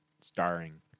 starring